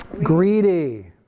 greedy,